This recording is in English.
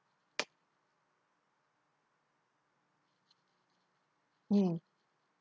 mm